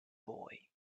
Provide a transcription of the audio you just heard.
boy